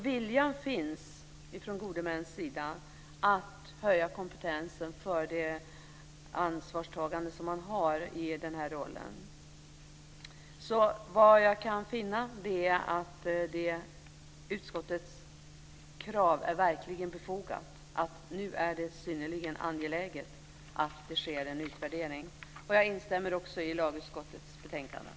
Viljan finns från de gode männens sida att höja kompetensen för det ansvarstagande som man har i den här rollen. Jag finner därför att utskottets krav verkligen är befogat. Nu är det synnerligen angeläget att det sker en utvärdering. Jag instämmer också i lagutskottets förslag.